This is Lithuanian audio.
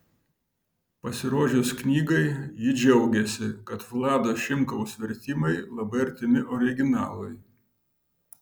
pasirodžius knygai ji džiaugėsi kad vlado šimkaus vertimai labai artimi originalui